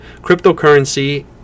cryptocurrency